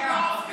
רבה.